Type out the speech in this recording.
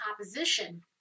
opposition